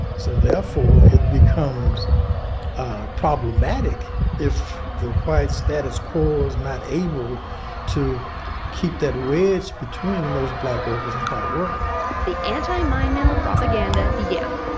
so therefore, it becomes problematic if the white status quo is not able to keep that wedge between those black workers and white workers the anti-mine mill propaganda began.